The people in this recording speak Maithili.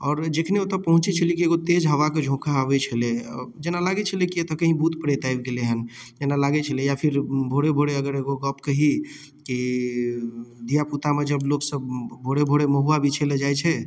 आओर जखने ओतऽ पहुँचै छलिए कि एगो तेज हवाके झोँका आबै छलै जेना लागै छलै कि एतऽ कहीँ भूत प्रेत आबि गेलै हँ एना लागै छलैए फेर भोरे भोरे अगर एगो गप कही कि धिआपुतामे जब लोकसब भोरे भोरे महुआ बिछै लऽ जाइ छै